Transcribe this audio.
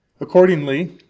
Accordingly